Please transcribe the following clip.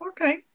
okay